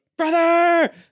brother